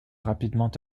rapidement